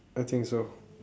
I think so